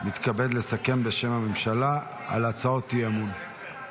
מתכבד לסכם, בשם הממשלה, בהצעות האי-אמון.